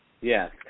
Yes